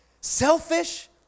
selfish